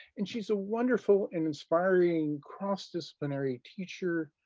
and she's a wonderful and inspiring cross-disciplinary teacher.